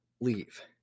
leave